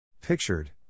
Pictured